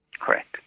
Correct